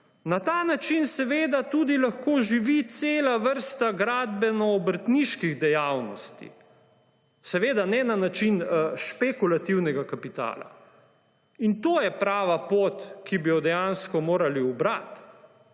Na ta način seveda tudi lahko živi cela vrsta gradbeno-obrtniških dejavnosti, seveda, ne na način špekulativnega kapitala. In to je prava pot, ki bi jo dejansko morali ubrati.